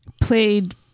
played